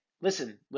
listen